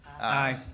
Aye